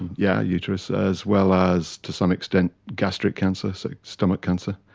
yeah, uterus, as well as to some extent gastric cancers like stomach cancer.